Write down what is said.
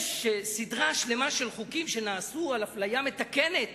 יש סדרה שלמה של חוקים שנעשו על אפליה מתקנת